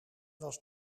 was